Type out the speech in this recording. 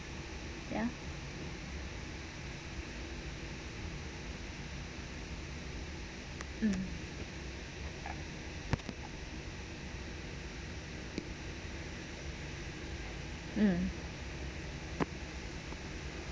ya mm mm